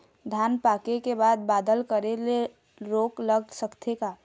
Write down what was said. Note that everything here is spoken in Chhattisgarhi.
धान पाके के बाद बादल करे ले रोग लग सकथे का?